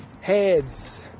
heads